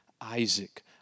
Isaac